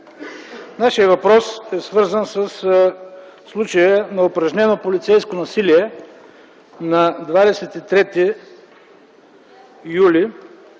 Нашият въпрос е свързан със случая на упражнено полицейско насилие на 23 юли